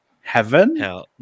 heaven